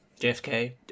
JFK